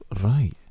Right